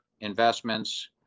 investments